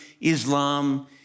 Islam